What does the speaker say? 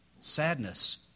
Sadness